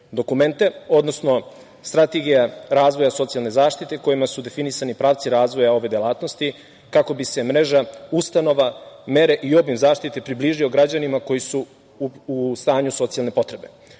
dokumente, odnosno strategija razvoja socijalne zaštite, kojima su definisani pravci razvoja ove delatnosti, kako bi se mreža ustanova, mere i obim zaštite približio građanima koji su u stanju socijalne potrebe. Koliko